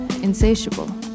insatiable